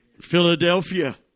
Philadelphia